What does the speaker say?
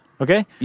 Okay